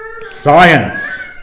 science